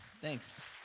thanks